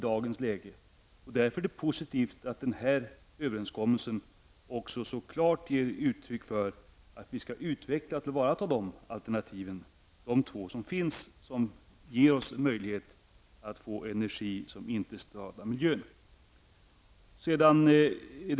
Det är därför positivt att denna överenskommelse också klart ger uttryck för att vi skall utveckla och tillvarata de två alternativ som finns som ger oss möjlighet att få energi på ett sätt som inte skadar miljön. Fru talman!